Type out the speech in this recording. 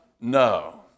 No